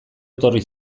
etorri